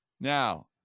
Now